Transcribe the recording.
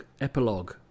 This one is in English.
epilogue